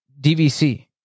DVC